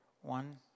one